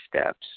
steps